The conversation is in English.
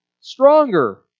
stronger